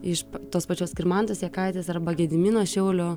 iš tos pačios skirmantės jakaitės arba gedimino šiaulio